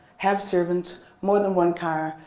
have servants, more than one car,